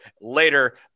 later